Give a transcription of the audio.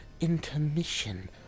intermission